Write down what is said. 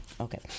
Okay